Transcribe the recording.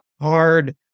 hard